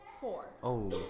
Four